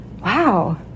wow